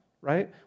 right